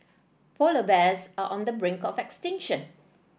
polar bears are on the brink of extinction